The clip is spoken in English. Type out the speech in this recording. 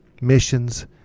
missions